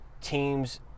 teams